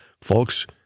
folks